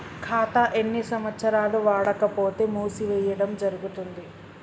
ఖాతా ఎన్ని సంవత్సరాలు వాడకపోతే మూసివేయడం జరుగుతుంది?